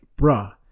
bruh